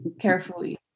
carefully